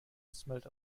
smelled